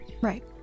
Right